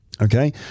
Okay